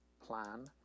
plan